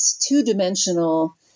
two-dimensional